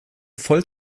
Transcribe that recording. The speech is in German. voll